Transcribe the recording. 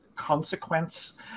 consequence